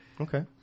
Okay